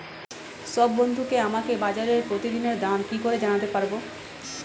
সব বন্ধুকে আমাকে বাজারের প্রতিদিনের দাম কি করে জানাতে পারবো?